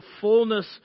fullness